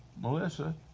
Melissa